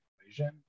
equation